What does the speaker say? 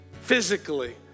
Physically